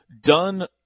done